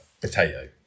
potato